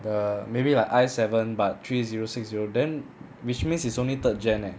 the maybe like I seven but three zero six zero then which means is only third gen leh